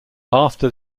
after